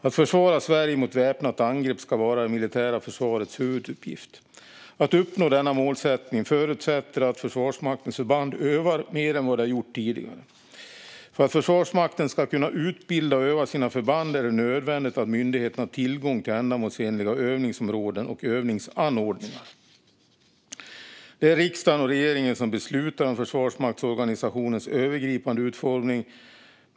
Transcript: Att försvara Sverige mot väpnat angrepp ska vara det militära försvarets huvuduppgift. Att uppnå denna målsättning förutsätter att Försvarsmaktens förband övar mer än vad de har gjort tidigare. För att Försvarsmakten ska kunna utbilda och öva sina förband är det nödvändigt att myndigheten har tillgång till ändamålsenliga övningsområden och övningsanordningar. Det är riksdagen och regeringen som beslutar om försvarsmaktsorganisationens övergripande utformning.